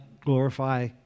glorify